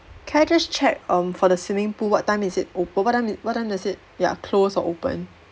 can I just check um for the swimming pool what time is it open what time what time does it ya close or open